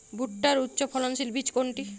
ভূট্টার উচ্চফলনশীল বীজ কোনটি?